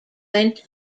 went